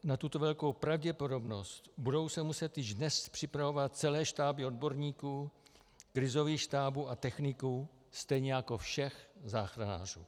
Na tuto velkou pravděpodobnost se budou muset již dnes připravovat celé štáby odborníků, krizových štábů a techniků stejně jako všech záchranářů.